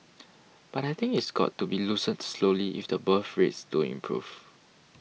but I think it's got to be loosened slowly if the birth rates don't improve